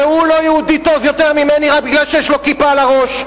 והוא לא יהודי טוב יותר ממני רק מפני שיש לו כיפה על הראש.